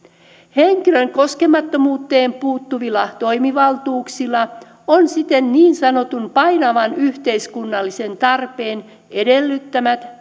henkilön koskemattomuuteen puuttuvilla toimivaltuuksilla on siten niin sanotun painavan yhteiskunnallisen tarpeen edellyttämät